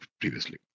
previously